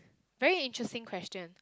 very interesting question